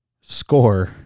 score